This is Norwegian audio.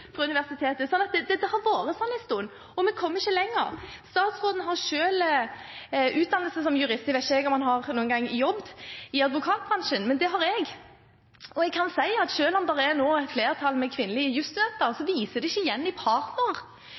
fra universitetet, så det har vært slik en stund, og vi kommer ikke lenger. Statsråden har selv utdannelse som jurist. Jeg vet ikke om han noen gang har jobbet i advokatbransjen, men det har jeg, og jeg kan si at selv om kvinnelige jusstudenter nå er i flertall, vises det ikke igjen på partnernivå i advokatfirma. Det